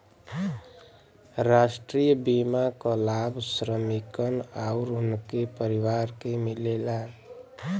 राष्ट्रीय बीमा क लाभ श्रमिकन आउर उनके परिवार के मिलेला